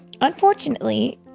Unfortunately